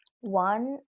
one